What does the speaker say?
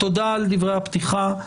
תודה על דברי הפתיחה.